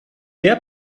der